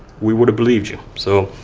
we would've believed you. so,